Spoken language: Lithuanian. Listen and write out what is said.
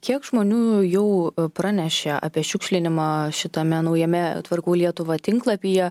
kiek žmonių jau pranešė apie šiukšlinimą šitame naujame tvarkau lietuvą tinklapyje